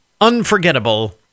unforgettable